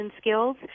skills